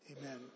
Amen